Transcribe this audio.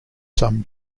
some